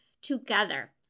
together